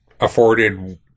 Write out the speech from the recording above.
afforded